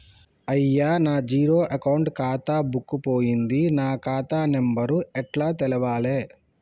అయ్యా నా zero account ఖాతా బుక్కు పోయింది నా ఖాతా నెంబరు ఎట్ల తెలవాలే?